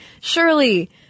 surely